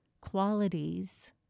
qualities